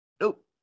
nope